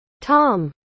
Tom